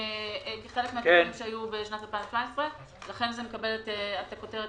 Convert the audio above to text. חלק מן התיקון שהיה בשנת 2017. לכן זה מקבל את הכותרת